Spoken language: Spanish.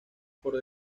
por